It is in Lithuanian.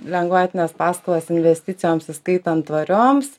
lengvatines paskolas investicijoms įskaitant tvarioms